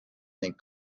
ning